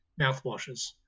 mouthwashes